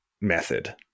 method